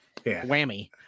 Whammy